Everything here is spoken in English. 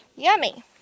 yummy